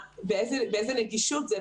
באיזה נגישות זה,